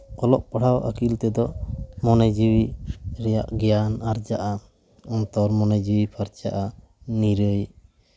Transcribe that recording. ᱚᱞᱚᱜ ᱯᱟᱲᱦᱟᱣ ᱟᱹᱠᱤᱞ ᱛᱮᱫᱚ ᱢᱚᱱᱮ ᱡᱤᱣᱤ ᱨᱮᱭᱟᱜ ᱜᱮᱭᱟᱱ ᱟᱨᱡᱟᱜᱼᱟ ᱚᱱᱟᱛᱮ ᱢᱚᱱᱮ ᱡᱤᱣᱤ ᱯᱷᱟᱨᱪᱟᱜᱼᱟ ᱱᱤᱨᱟᱹᱭ